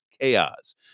chaos